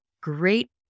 great